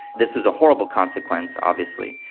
this was a horrible consequence, obviously,